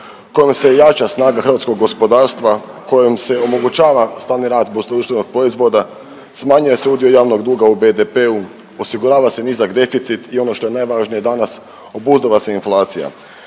kojim se jača snaga hrvatskog gospodarstva, kojim se omogućava stalni .../Govornik se ne razumije./... smanjuje se udio javnog duga u BDP-u, osigurava se nizak deficit i ono što je najvažnije danas, obuzdava se inflacija.